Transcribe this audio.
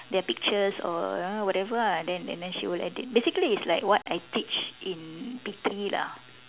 their pictures or you know whatever ah then and then she will edit basically it's like what I teach in P three lah